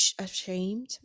ashamed